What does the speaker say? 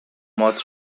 هات